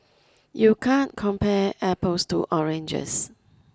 you can't compare apples to oranges